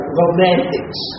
romantics